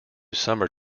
summer